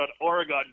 Oregon